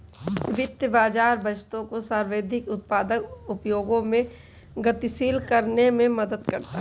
वित्तीय बाज़ार बचतों को सर्वाधिक उत्पादक उपयोगों में गतिशील करने में मदद करता है